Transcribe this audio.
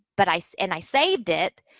but i, so and i saved it,